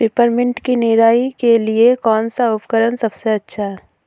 Peppermint की निराई के लिए कौन सा उपकरण सबसे अच्छा है?